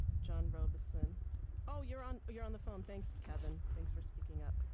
john robison oh, you're on you're on the phone. thanks, kevin. thanks for speaking up.